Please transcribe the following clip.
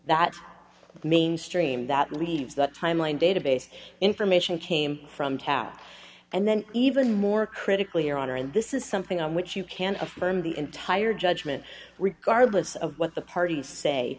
that main stream that leaves that timeline database information came from tat and then even more critically your honor and this is something on which you can affirm the entire judgment regardless of what the parties say